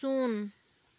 ᱥᱩᱱ